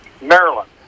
Maryland